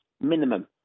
minimum